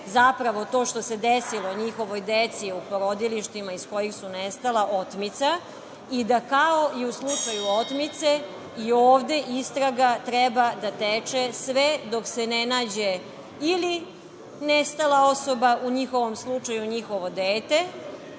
zapravo to što se desilo njihovoj deci u porodilištima iz kojih su nestala otmica i da, kao i u slučaju otmice, ovde istraga treba da teče sve dok se ne nađe ili nestala osoba, u njihovom slučaju njihovo dete,